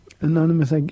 Anonymous